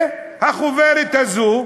והחוברת הזאת,